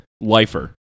Lifer